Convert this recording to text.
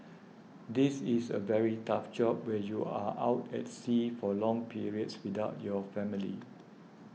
this is a very tough job where you are out at sea for long periods without your family